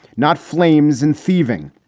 not flames and thieving.